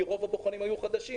כי רוב הבוחנים היו חדשים.